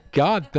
god